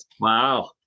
Wow